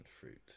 fruit